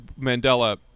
Mandela